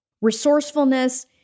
resourcefulness